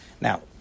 Now